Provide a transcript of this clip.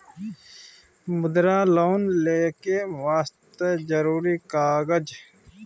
मुद्रा लोन लेके वास्ते जरुरी कागज?